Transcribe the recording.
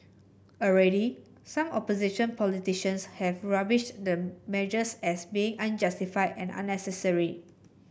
already some opposition politicians have rubbished the measures as being unjustified and unnecessary